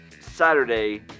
Saturday